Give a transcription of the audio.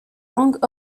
langues